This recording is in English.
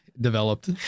Developed